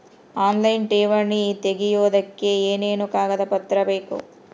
Online ಠೇವಣಿ ತೆಗಿಯೋದಕ್ಕೆ ಏನೇನು ಕಾಗದಪತ್ರ ಬೇಕು?